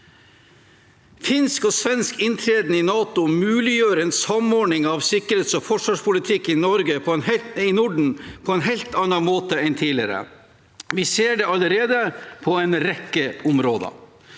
Finsk og svensk inntreden i NATO muliggjør en samordning av sikkerhets- og forsvarspolitikk i Norden på en helt annen måte enn tidligere. Vi ser det allerede på en rekke områder.